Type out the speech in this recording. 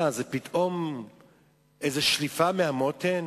מה זה, פתאום איזו שליפה מהמותן?